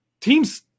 Teams